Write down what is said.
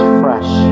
fresh